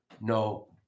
no